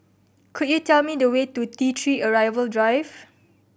could you tell me the way to T Three Arrival Drive